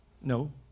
no